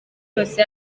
yose